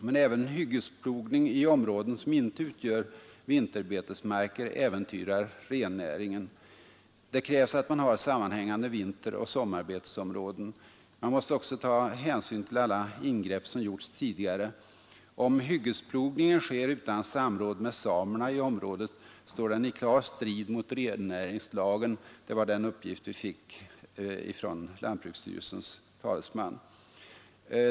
Men även hyggesplogning i områden som inte utgör vinterbetesmarker äventyrar rennäringen. Det krävs att man har sammanhängande vinteroch sommarbetesområden. Man måste också ta hänsyn till alla ingrepp som gjorts tidigare. Om hyggesplogning sker utan samråd med samerna i området står den i klar strid mot rennäringslagen — det var den uppgift som vi fick av lantbruksstyrelsens talesman.